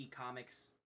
Comics